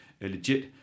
legit